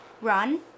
run